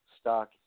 stock